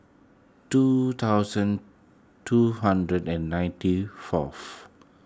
two thousand two hundred and ninety fourth